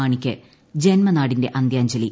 മാണിക്ക് ജന്മനാടിന്റെ അന്ത്യാഞ്ജലി